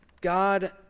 God